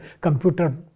computer